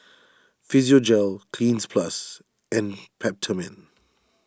Physiogel Cleanz Plus and Peptamen